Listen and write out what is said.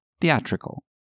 theatrical